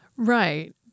Right